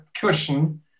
cushion